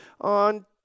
on